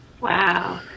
Wow